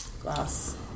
glass